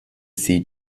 sie